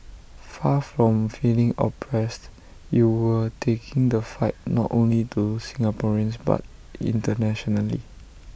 far from feeling oppressed you were taking the fight not only to Singaporeans but internationally